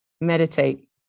Meditate